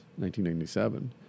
1997